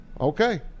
Okay